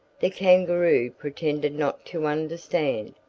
the kangaroo pretended not to understand.